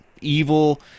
evil